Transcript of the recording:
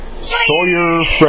Sawyer